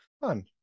Fun